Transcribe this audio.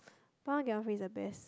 buy one get one free is the best